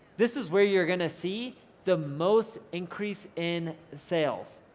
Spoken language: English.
this is where you're gonna see the most increase in sales.